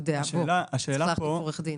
אני מאולמות האירועים.